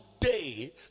day